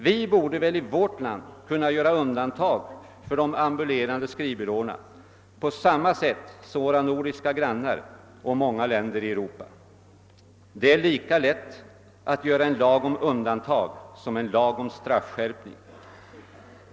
Vi i vårt land borde väl kunna göra undantag för de ambulerande skrivbyråerna på samma sätt som våra nordiska grannländer och många andra länder i Europa har gjort. Det är lika lätt att göra en lag om undantag som en lag om straffskärpning.